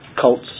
cults